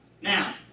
Now